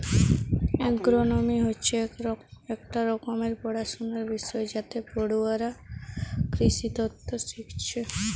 agronomy হচ্ছে একটা রকমের পড়াশুনার বিষয় যাতে পড়ুয়ারা কৃষিতত্ত্ব শিখছে